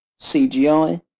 CGI